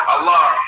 Allah